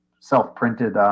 self-printed